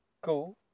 Cool